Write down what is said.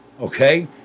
okay